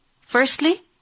Firstly